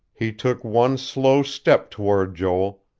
he took one slow step toward joel,